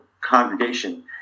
congregation